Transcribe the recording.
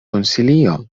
konsilio